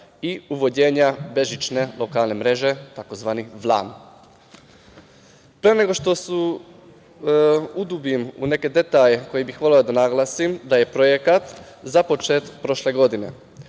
i uvođenja bežične lokalne mreže, tzv. WLAN.Pre nego što se udubim u neke detalje koje bih voleo da naglasim da je projekat započet prošle godine.